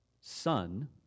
son